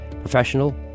Professional